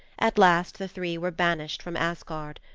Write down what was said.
at last the three were banished from asgard.